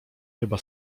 chyba